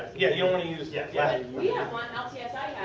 yeah you don't want to use yeah yeah and we have one, ltsi has. ah